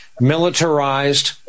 militarized